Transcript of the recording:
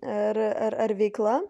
ar ar veikla